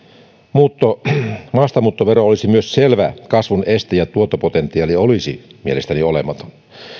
muuttajia maastamuuttovero olisi myös selvä kasvun este ja tuottopotentiaali olisi mielestäni olematon